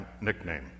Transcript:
nickname